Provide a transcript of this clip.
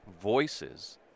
voices